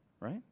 Right